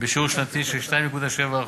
בשיעור שנתי של 2.7%,